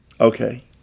okay